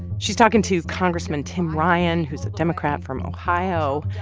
she's talking to congressman tim ryan, who's a democrat from ohio.